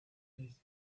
jones